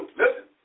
listen